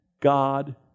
God